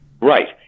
Right